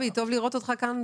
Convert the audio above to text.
רק לפני שגבי מדבר,